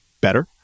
better